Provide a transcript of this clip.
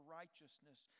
righteousness